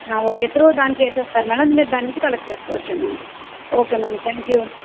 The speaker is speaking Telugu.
ఓకే త్రూ దానికి వేసేస్తారు మేడం దాని నుంచి మీరు కలెక్ట్ చేసుకోవచ్చు amount okay madam thank you